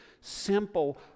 simple